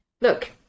look